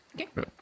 Okay